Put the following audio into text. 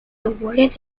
awarded